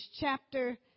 chapter